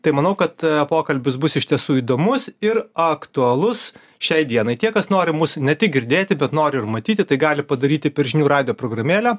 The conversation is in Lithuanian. tai manau kad pokalbis bus iš tiesų įdomus ir aktualus šiai dienai tie kas nori mus ne tik girdėti bet nori ir matyti tai gali padaryti per žinių radijo programėlę